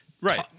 right